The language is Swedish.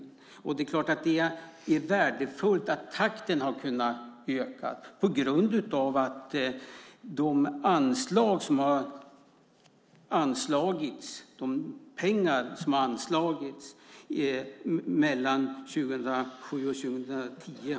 Det är värdefullt att takten har kunnat öka på grund av att anslagen har ökat mellan 2007 och 2010.